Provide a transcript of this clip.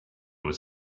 was